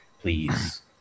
please